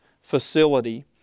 facility